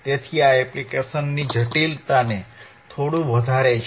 તેથી આ એપ્લિકેશનની જટિલતાને થોડું વધારે છે